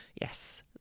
yes